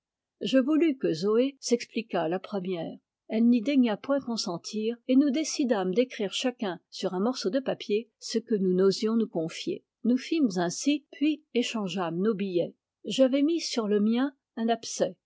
je voulus que zoé s'expliquât la première elle n'y daigna point consentir et nous décidâmes d'écrire chacun sur un morceau de papier ce que nous n'osions nous confier nous fîmes ainsi puis échangeâmes nos billets j'avais mis sur le mien un abcès